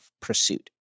pursuit